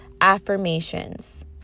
affirmations